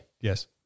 Yes